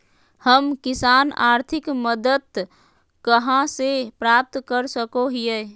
हम किसान आर्थिक मदत कहा से प्राप्त कर सको हियय?